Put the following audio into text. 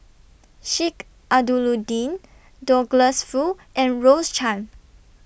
Sheik Alau'ddin Douglas Foo and Rose Chan